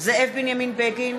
זאב בנימין בגין,